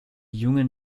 jungen